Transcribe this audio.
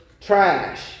trash